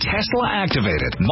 Tesla-activated